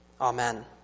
amen